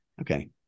Okay